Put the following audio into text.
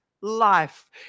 life